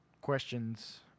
questions